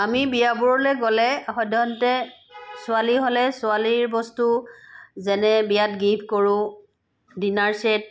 আমি বিয়াবোৰলৈ গ'লে সদ্যহতে ছোৱালী হ'লে ছোৱালীৰ বস্তু যেনে বিয়াত গিফ্ট কৰো ডিনাৰ চেট